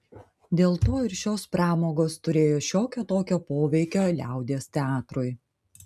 dėl to ir šios pramogos turėjo šiokio tokio poveikio liaudies teatrui